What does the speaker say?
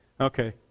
Okay